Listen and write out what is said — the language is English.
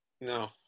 No